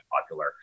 popular